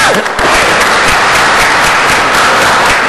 (מחיאות כפיים)